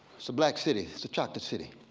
it's a black city, it's the chocolate city.